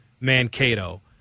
Mankato